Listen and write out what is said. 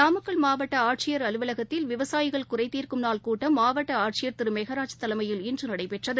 நாமக்கல் மாவட்ட ஆட்சியர் அலுவலகத்தில் விவசாயிகள் குறைதீர்க்கும் நாள் கூட்டம் மாவட்ட ஆட்சியர் திரு மெகராஜ் தலைமையில் இன்று நடைபெற்றது